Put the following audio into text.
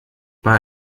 bei